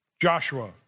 Joshua